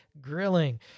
grilling